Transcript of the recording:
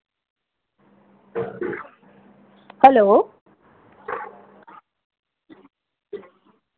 hello